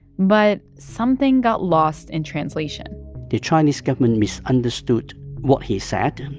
but something got lost in translation the chinese government misunderstood what he said,